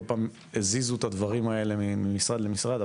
פעם הזיזו את הדברים האלה ממשרד למשרד,